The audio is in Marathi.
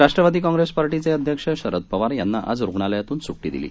राष्ट्रवादी काँग्रेस पार्टीचे अध्यक्ष शरद पवार यांना आज रुग्णालयातून सुटी दिली